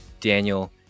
daniel